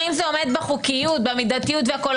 עומד בחוקיות, במידתיות והכול.